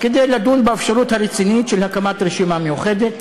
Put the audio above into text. כדי לדון באפשרות הרצינית של הקמת רשימה מאוחדת